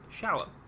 shallow